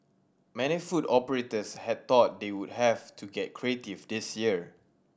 many food operators had thought they would have to get creative this year